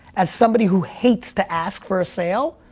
as somebody who hates to ask for a sale,